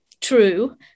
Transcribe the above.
true